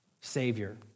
Savior